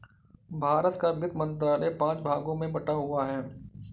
भारत का वित्त मंत्रालय पांच भागों में बटा हुआ है